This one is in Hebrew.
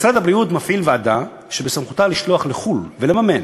משרד הבריאות מפעיל ועדה שבסמכותה לשלוח לחו"ל ולממן